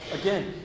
Again